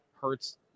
hurts